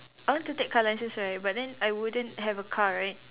I want to take car licence right but then I wouldn't have a car right